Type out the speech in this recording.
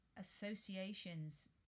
associations